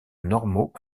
normaux